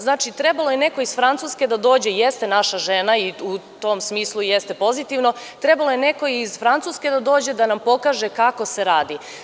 Znači, trebalo je neko iz Francuske da dođe, jeste naša žena i u tom smislu jeste pozitivno, trebalo je neko iz Francuske da dođe da nam pokaže kako se radi.